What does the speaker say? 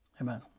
Amen